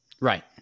Right